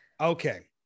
Okay